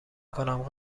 کنم